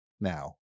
now